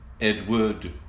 Edward